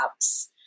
apps